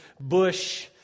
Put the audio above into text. bush